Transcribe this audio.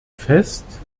fest